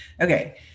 okay